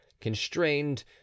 constrained